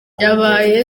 yabaye